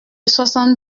soixante